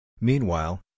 Meanwhile